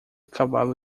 cavalo